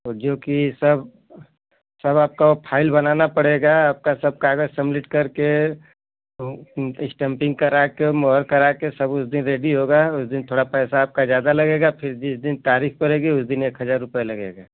जो की सब सब आपका फाइल बनाना पड़ेगा आपका सब कागज सम्मिट कर के स्टामपिंग कराके मोहर करा के सब उस दिन रेडी होगा उस दिन थोड़ा पैसा आपका ज्यादा लगेगा फिर जिस दिन तारीक पड़ेगी उस दिन हजार रुपये लगेगा